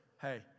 hey